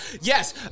Yes